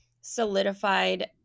solidified